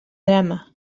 drama